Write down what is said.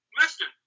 listen